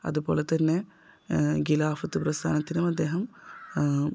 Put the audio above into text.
അതുപോലെ തന്നെ ഖിലാഫത്ത് പ്രസ്ഥാനത്തിനും അദ്ദേഹം